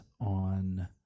on